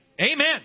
Amen